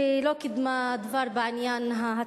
שלא קידמה דבר בעניינה.